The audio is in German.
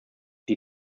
die